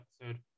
episode